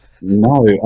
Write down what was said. No